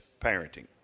parenting